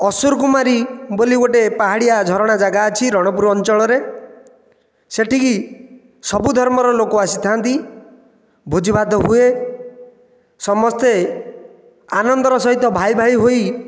ଅସୁରକୁମାରୀ ବୋଲି ଗୋଟିଏ ପାହାଡ଼ିଆ ଝରଣା ଜାଗା ଅଛି ରଣପୁର ଅଞ୍ଚଳରେ ସେଠିକି ସବୁ ଧର୍ମର ଲୋକ ଆସିଥାନ୍ତି ଭୋଜିଭାତ ହୁଏ ସମସ୍ତେ ଆନନ୍ଦର ସହିତ ଭାଇଭାଇ ହୋଇ